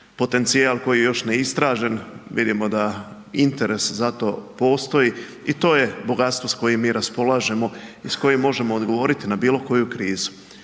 potencijal koji je još neistražen, vidimo da interes za to postoji i to je bogatstvo s kojim mi raspolažemo i s kojim možemo odgovorit na bilo koju krizu,